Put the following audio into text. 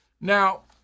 Now